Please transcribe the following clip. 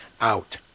out